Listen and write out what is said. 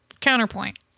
counterpoint